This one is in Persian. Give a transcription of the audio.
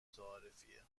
متعارفیه